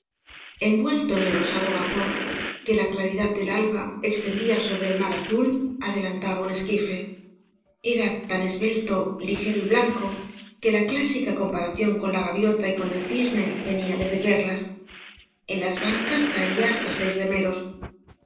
envuelto en el rosado vapor que la clari w s obras de valle inclan dad del alba extendía sobre el mar azul adelantaba un esquife era tan esbelto ligero y blanco que la clásica comparación con la gaviota y con el cisne veníale de perlas en las bancas traía hasta seis remeros